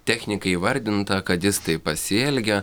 technikai įvardinta kad jis taip pasielgė